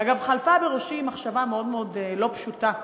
אגב, חלפה בראשי מחשבה מאוד מאוד לא פשוטה.